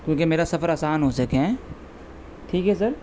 کیونکہ میرا سفر آسان ہو سکے ہیں ٹھیک ہے سر